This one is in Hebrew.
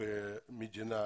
במדינה